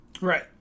Right